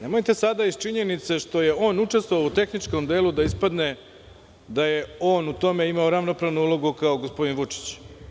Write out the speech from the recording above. Nemojte sada iz činjenice što je on učestvovao u tehničkom delu da ispadne da je on u tome imao ravnopravnu ulogu kao gospodin Vučić.